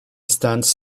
stands